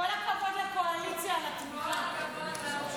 ההצעה לכלול את הנושא בסדר-היום של